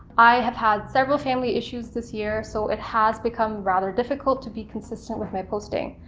i have had several family issues this year so it has become rather difficult to be consistent with my posting.